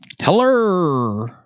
Hello